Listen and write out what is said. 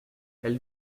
elle